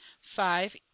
five